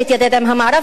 שהתיידד עם המערב,